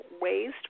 waste